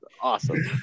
awesome